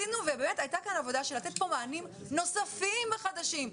היתה כאן באמת עבודה לתת פה מענים נוספים וחדשים.